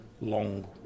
long